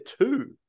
two